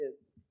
kids